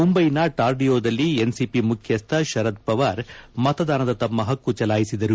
ಮುಂಬೈನ ಟಾರ್ಡಿಯೊದಲ್ಲಿ ಎನ್ಸಿಪಿ ಮುಖ್ಲಸ್ಟ ಶರದ್ಪವಾರ್ ಮತದಾನದ ತಮ್ನ ಪಕ್ಷು ಚಲಾಯಿಸಿದರು